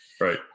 Right